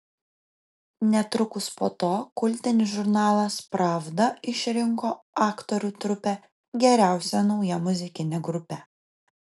netrukus po to kultinis žurnalas pravda išrinko aktorių trupę geriausia nauja muzikine grupe